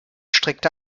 streckte